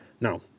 Now